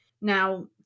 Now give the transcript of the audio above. Now